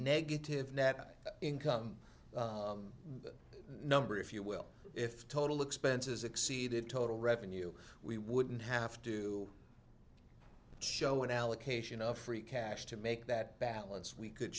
negative net income number if you will if total expenses exceeded total revenue we wouldn't have to show an allocation of free cash to make that balance we could